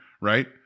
Right